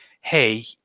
hey